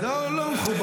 לא, לא מכובד.